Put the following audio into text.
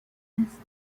نیست